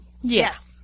Yes